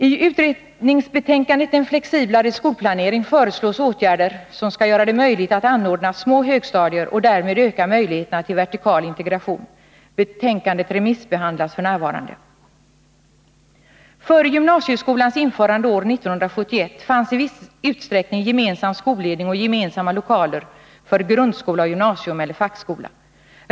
I utredningsbetänkandet En flexiblare skolplanering föreslås åtgärder som skall göra det möjligt att anordna små högstadier och därmed öka möjligheterna till vertikal integration. Betänkandet remissbehandlas f. n. Före gymnasieskolans införande år 1971 fanns i viss utsträckning gemensam skolledning och gemensamma lokaler för grundskola och gymnasium eller fackskola.